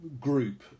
group